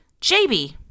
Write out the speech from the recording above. JB